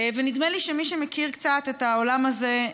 נדמה לי שמי שמכיר קצת את העולם הזה,